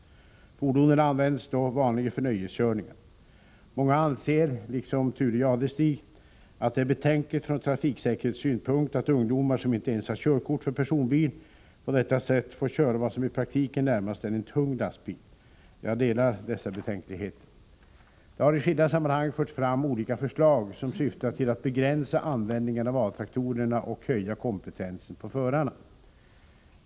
Fordonen används då vanligen för nöjeskörningar. Många anser — liksom Thure Jadestig — att det är betänkligt från trafiksäkerhetssynpunkt att ungdomar som inte ens har körkort för personbil på detta sätt får köra vad som i praktiken närmast är en 13 tung lastbil. Jag delar dessa betänkligheter. Det har i skilda sammanhang förts fram olika förslag som syftar till att begränsa användningen av A-traktorerna och höja kompentensen på förarna.